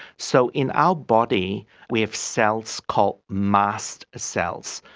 so in our body we have cells called mast cells.